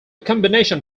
combination